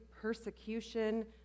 persecution